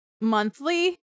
monthly